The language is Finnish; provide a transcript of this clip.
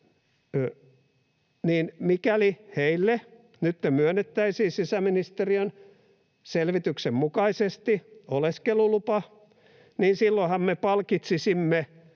turvapaikkaa, nyt myönnettäisiin sisäministeriön selvityksen mukaisesti oleskelulupa, niin silloinhan me palkitsisimme